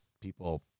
people